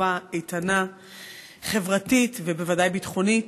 טובה, איתנה חברתית, ובוודאי ביטחונית.